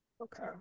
Okay